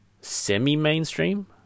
semi-mainstream